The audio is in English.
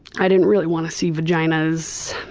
i didn't really want to see vaginas.